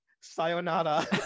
sayonara